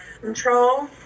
control